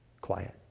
quiet